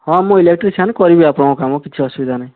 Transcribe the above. ହଁ ମୁଁ ଇଲେକ୍ଟ୍ରିସିଆନ୍ କରିବି ଆପଣଙ୍କ କାମ କିଛି ଅସୁବିଧା ନାହିଁ